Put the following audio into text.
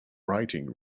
writing